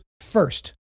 first